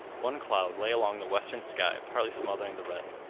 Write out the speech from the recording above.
one cloud lay along the western sky partly smothering the red.